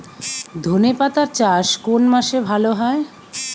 ধনেপাতার চাষ কোন মাসে ভালো হয়?